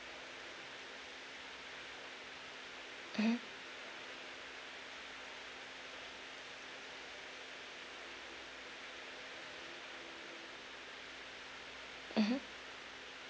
mmhmm mmhmm